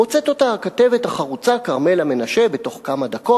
מוצאת אותה הכתבת החרוצה כרמלה מנשה בתוך כמה דקות.